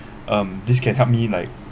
um this can help me like